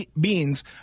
beans